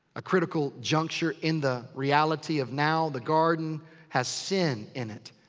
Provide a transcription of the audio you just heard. a critical juncture in the reality of now the garden has sin in it.